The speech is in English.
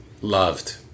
Loved